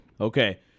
Okay